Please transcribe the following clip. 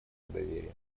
доверие